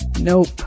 nope